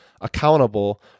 accountable